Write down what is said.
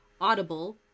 audible